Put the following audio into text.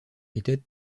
était